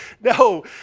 no